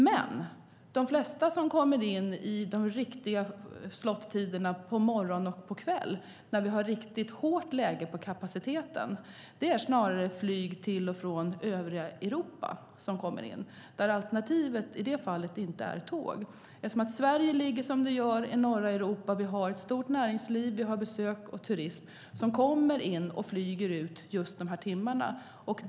Men de flesta flygen under slottiderna på morgonen och på kvällen, när det är ett riktigt hårt läge i fråga om kapaciteten, är snarare flyg till och från övriga Europa. Alternativet där är inte tåg. Eftersom Sverige ligger där det ligger i norra Europa, och vi har ett stort näringsliv och besök och turism kommer människor in och flyger ut just under dessa timmar.